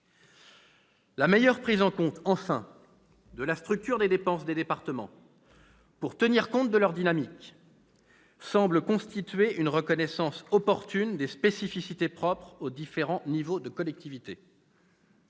La meilleure prise en compte, enfin, de la structure des dépenses des départements pour tenir compte de leur dynamique particulière semble constituer une reconnaissance opportune des spécificités propres aux différents niveaux de collectivités.